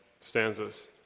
stanzas